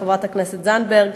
תודה לחברת הכנסת זנדברג.